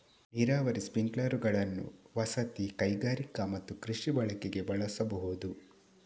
ನೀರಾವರಿ ಸ್ಪ್ರಿಂಕ್ಲರುಗಳನ್ನು ವಸತಿ, ಕೈಗಾರಿಕಾ ಮತ್ತು ಕೃಷಿ ಬಳಕೆಗೆ ಬಳಸಬಹುದು